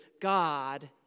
God